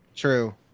True